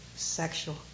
Sexual